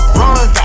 run